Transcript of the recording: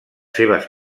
seves